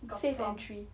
safe entry